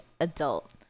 adult